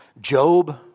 Job